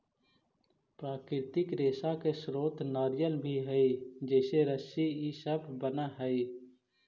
प्राकृतिक रेशा के स्रोत नारियल भी हई जेसे रस्सी इ सब बनऽ हई